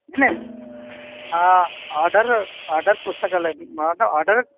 किल आ order order पुस्तकालयः आडर्